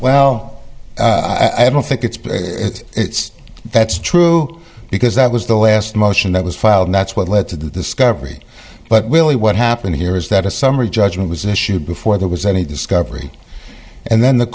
well i don't think it's it's that's true because that was the last motion that was filed that's what led to the sky every but willie what happened here is that a summary judgment was issued before there was any discovery and then the